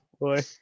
Boy